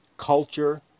culture